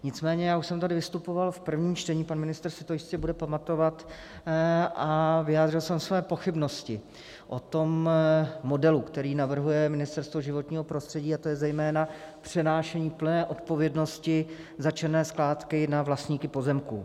Nicméně já už jsem tady vystupoval v prvním čtení, pan ministr si to jistě bude pamatovat, a vyjádřil jsem své pochybnosti o tom modelu, který navrhuje Ministerstvo životního prostředí, a to je zejména přenášení plné odpovědnosti za černé skládky na vlastníky pozemků.